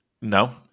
no